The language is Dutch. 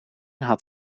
had